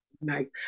Nice